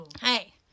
Hey